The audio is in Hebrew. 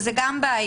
שזו גם בעיה,